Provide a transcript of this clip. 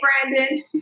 Brandon